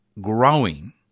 growing